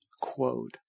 quote